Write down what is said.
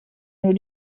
nur